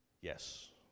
Yes